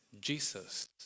Jesus